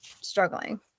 Struggling